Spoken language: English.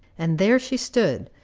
and there she stood,